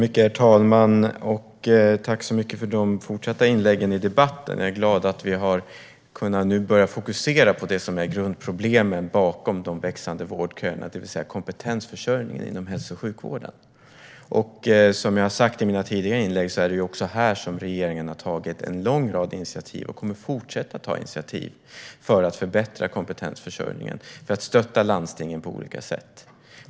Herr talman! Tack så mycket för de fortsatta inläggen i debatten! Jag är glad att vi har kunnat börja fokusera på grundproblemen bakom de växande vårdköerna, nämligen kompetensförsörjningen inom hälso och sjukvården. Som jag sa i mina tidigare inlägg har regeringen tagit en lång rad initiativ, och kommer att fortsätta att göra det, för att förbättra kompetensförsörjningen och stötta landstingen på olika sätt.